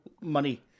money